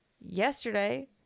yesterday